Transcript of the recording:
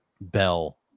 bell